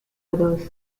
others